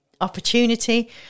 opportunity